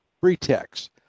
pretext